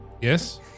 Yes